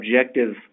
objective